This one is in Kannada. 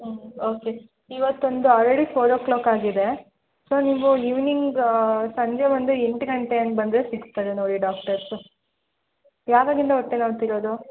ಹ್ಞೂ ಓಕೆ ಇವತ್ತು ಒಂದು ಆಲ್ರೆಡಿ ಫೋರ್ ಓ ಕ್ಲಾಕ್ ಆಗಿದೆ ಸೊ ನೀವು ಇವ್ನಿಂಗ್ ಸಂಜೆ ಒಂದು ಎಂಟು ಗಂಟೆ ಹಂಗೆ ಬಂದರೆ ಸಿಕ್ತಾರೆ ನೋಡಿ ಡಾಕ್ಟರ್ಸು ಯಾವಾಗಿಂದ ಹೊಟ್ಟೆ ನೋಯ್ತಾ ಇರೋದು